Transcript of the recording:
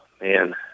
man